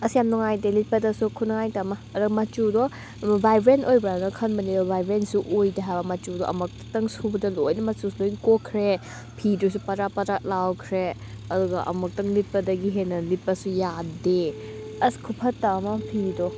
ꯑꯁ ꯌꯥꯝ ꯅꯨꯡꯉꯥꯏꯇꯦ ꯂꯤꯠꯄꯗꯁꯨ ꯈꯨꯅꯨꯡꯉꯥꯏꯇ ꯑꯃ ꯑꯗꯣ ꯃꯆꯨꯗꯣ ꯕꯥꯏꯕ꯭ꯔꯦꯟ ꯑꯣꯏꯕ꯭ꯔꯥꯅ ꯈꯟꯕꯅꯦ ꯕꯥꯏꯕ꯭ꯔꯦꯟꯁꯨ ꯑꯣꯏꯗꯦ ꯍꯥꯏꯕ ꯃꯆꯨꯗꯣ ꯑꯃꯨꯔꯛꯇꯪ ꯁꯨꯕꯗ ꯂꯣꯏꯅ ꯃꯆꯨ ꯂꯣꯏ ꯀꯣꯛꯈ꯭ꯔꯦ ꯐꯤꯗꯨꯁꯨ ꯄꯗ꯭ꯔꯥꯛ ꯄꯗ꯭ꯔꯥꯛ ꯂꯥꯎꯈ꯭ꯔꯦ ꯑꯗꯨꯒ ꯑꯃꯨꯔꯛꯇꯪ ꯂꯤꯠꯄꯗꯒꯤ ꯍꯦꯟꯅ ꯂꯤꯠꯄꯁꯨ ꯌꯥꯗꯦ ꯑꯁ ꯈꯨꯐꯠꯇ ꯑꯃ ꯐꯤꯗꯣ